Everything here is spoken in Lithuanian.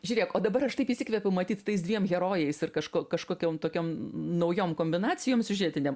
žiūrėk o dabar aš taip įsikvėpiau matyt tais dviem herojais ir kažko kažkokiom tokiom naujom kombinacijom siužetinėm